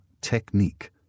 technique